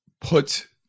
put